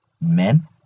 Men